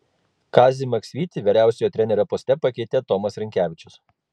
kazį maksvytį vyriausiojo trenerio poste pakeitė tomas rinkevičius